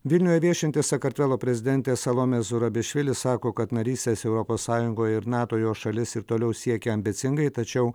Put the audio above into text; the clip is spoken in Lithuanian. vilniuje viešinti sakartvelo prezidentė salomė zurabišvili sako kad narystės europos sąjungoje ir nato jos šalis ir toliau siekia ambicingai tačiau